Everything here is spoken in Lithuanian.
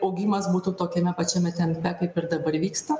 augimas būtų tokiame pačiame tempe kaip ir dabar vyksta